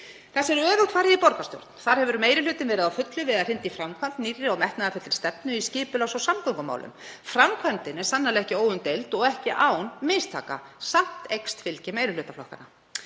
Þessu er öfugt farið í borgarstjórn. Þar hefur meiri hlutinn verið á fullu við að hrinda í framkvæmd nýrri og metnaðarfullri stefnu í skipulags- og samgöngumálum. Framkvæmdin er sannarlega ekki óumdeild og ekki án mistaka. Samt eykst fylgi meirihlutaflokkanna.